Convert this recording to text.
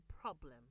problem